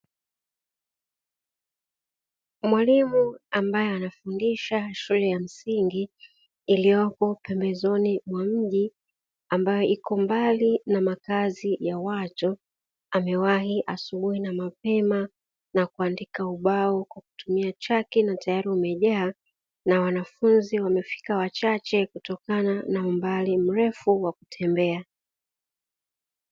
Mwalimu ambaye anafundisha shule ya msingi iliyopo pembezoni mwa mji, ambayo iko mbali na makazi ya watu, amewahi asubuhi na mapema na kuandika ubao kwa kutumia chake na tayari umejaa, na wanafunzi wamefika wachache kutokana na umbali mrefu wa kutembea.